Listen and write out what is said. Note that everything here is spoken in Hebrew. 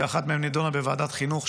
אחת מהן נדונה בוועדת החינוך,